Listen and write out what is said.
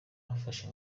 yafashe